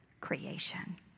creation